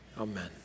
amen